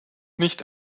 nicht